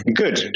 good